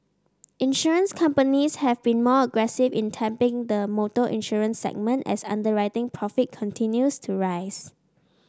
insurance companies have been more aggressive in tapping the motor insurance segment as underwriting profit continues to rise